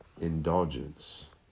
indulgence